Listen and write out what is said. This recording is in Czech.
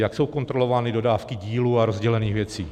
Jak jsou kontrolovány dodávky dílů a rozdělených věcí?